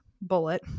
bullet